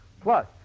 plus